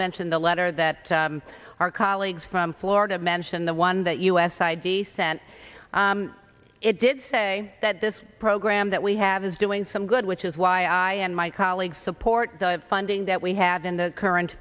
mention the letter that our colleagues from florida mention the one that u s i d sent it did say that this program that we have is doing some good which is why i and my colleagues support the funding that we had in the current